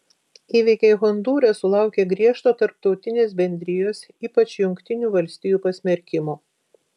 įvykiai hondūre sulaukė griežto tarptautinės bendrijos ypač jungtinių valstijų pasmerkimo